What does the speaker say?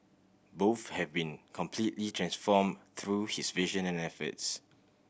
both have been completely transformed through his vision and efforts